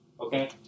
Okay